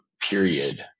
period